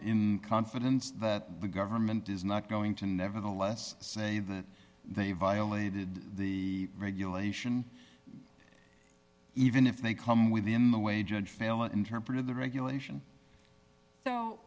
in confidence that the government is not going to nevertheless say that they violated the regulation even if they come within the way judge fail interpreted the regulation so